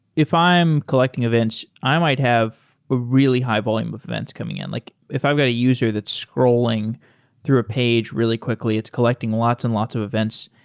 if i'm collecting events, i might have really high-volume of events coming in. like if i've got a user that's scrolling through a page really quickly, it's collecting lots and lots of events,